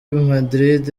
madrid